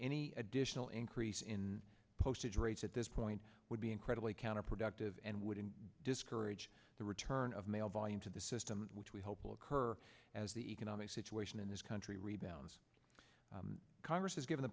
any additional increase in postage rates at this point would be incredibly counterproductive and wouldn't discourage the return of mail volume to the system which we hope will occur as the economic situation in this country rebounds congress has given the